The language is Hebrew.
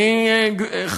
לא הצלחנו.